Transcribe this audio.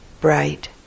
bright